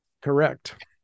Correct